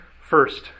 First